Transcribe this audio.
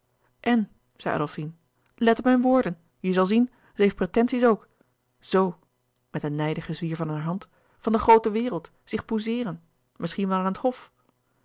en zei adolfine let op mijn woorden je zal zien ze heeft pretenties ook zoo met een nijdigen zwier van haar hand van de groote wereld zich pousseeren misschien wel aan het hof